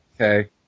Okay